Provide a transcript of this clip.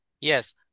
Yes